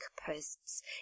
posts